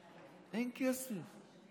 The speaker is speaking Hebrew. אין כסף.